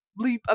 bleep